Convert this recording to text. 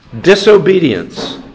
Disobedience